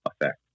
effect